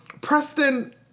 Preston